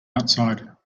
outside